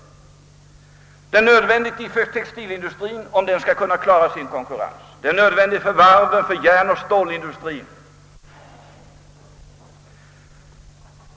En rationalisering är nödvändig också för textilindustrien, om den skall kunna klara konkurrensen, och för varvs-, järnoch stålindustrien.